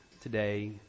today